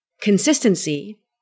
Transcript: consistency